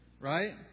Right